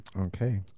Okay